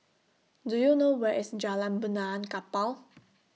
Do YOU know Where IS Jalan Benaan Kapal